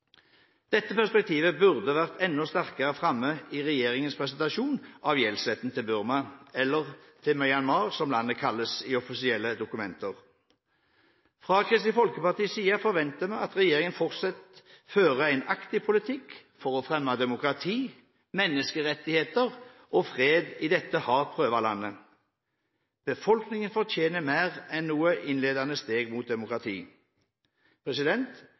Dette perspektivet burde vært enda sterkere framme i regjeringens presentasjon av gjeldssletten til Burma, eller til Myanmar som landet kalles i offisielle dokumenter. Fra Kristelig Folkepartis side forventer vi at regjeringen fortsatt fører en aktiv politikk for å fremme demokrati, menneskerettigheter og fred i dette hardt prøvde landet. Befolkningen fortjener mer enn noen innledende steg mot demokrati.